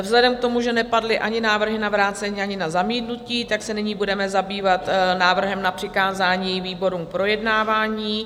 Vzhledem k tomu, že nepadly ani návrhy na vrácení, ani na zamítnutí, tak se nyní budeme zabývat návrhem na přikázání výborům k projednávání.